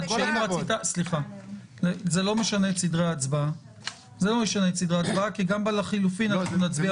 זה לא משנה את סדרי ההצבעה כי גם בחילופין אנחנו נצביע